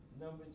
Number